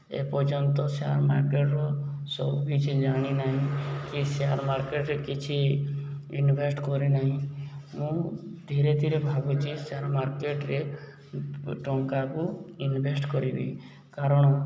ଏପର୍ଯ୍ୟନ୍ତ ସେୟାର ମାର୍କେଟର ସବୁ କିିଛି ଜାଣିନାହିଁ କି ସେୟାର ମାର୍କେଟରେ କିଛି ଇନଭେଷ୍ଟ କରିନାହିଁ ମୁଁ ଧୀରେ ଧୀରେ ଭାବୁଛି ସେୟାର ମାର୍କେଟରେ ଟଙ୍କାକୁ ଇନଭେଷ୍ଟ କରିବି କାରଣ